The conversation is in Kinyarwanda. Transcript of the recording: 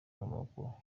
inkomoko